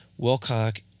Wilcock